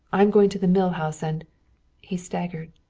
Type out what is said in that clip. i am going to the mill house and he staggered.